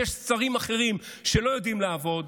יש שרים אחרים שלא יודעים לעבוד,